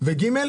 זה רק מיגון.